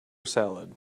salad